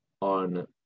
on